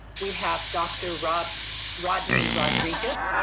we have dr. rob rodney rodriguez,